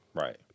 Right